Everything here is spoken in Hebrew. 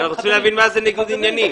אנחנו רוצים להבין מה זה ניגוד עניינים.